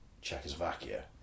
Czechoslovakia